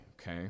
okay